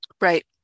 right